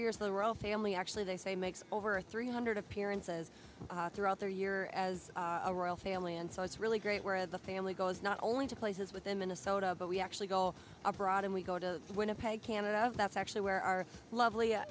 years the royal family actually they say makes over three hundred appearances throughout their year as a royal family and so it's really great where the family goes not only to places within minnesota but we actually go abroad and we go to winnipeg canada that's actually where our lovely